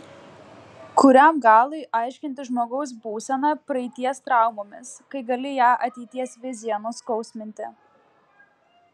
kuriam galui aiškinti žmogaus būseną praeities traumomis kai gali ją ateities vizija nuskausminti